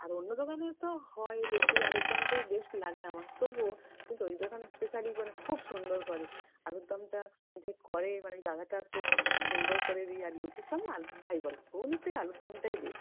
আর অন্য দোকানে তো হয় লুচি আলুরদমটাই বেস্ট লাগে আমার তবুও কিন্তু ওই দোকানে স্পেশালি মানে খুব সুন্দর করে আলুরদমটা যে করে মানে ওই দাদাটা খুব সুন্দর করেরি আর লুচির সঙ্গে আলুর যাই বল ঘুগনির থেকে আলুরদমটাই বেস্ট